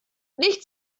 nicht